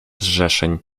zrzeszeń